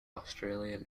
australian